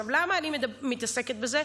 למה אני מתעסקת בזה?